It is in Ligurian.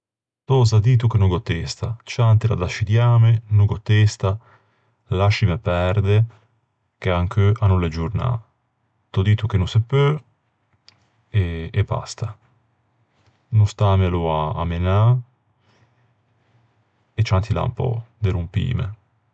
T'ò za dito che no gh'ò testa. Ciantila d'ascidiâme, no gh'ò testa, lascime perde, che ancheu a no l'é giornâ. T'ò dito che no se peu e e basta. No stâmela à menâ e ciantila un pö de rompîme.